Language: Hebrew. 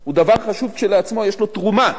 היא דבר חשוב כשלעצמו, אלא יש לה תרומה,